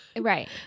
right